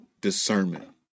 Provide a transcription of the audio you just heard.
discernment